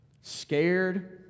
scared